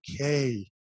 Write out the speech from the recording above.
okay